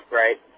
right